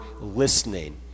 listening